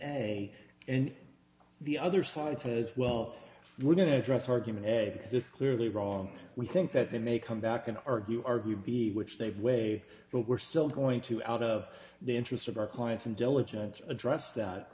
a and the other side says well we're going to address argument exit clearly wrong we think that in a come back and argue argue b which they've way but we're still going to out of the interest of our clients and diligence to address that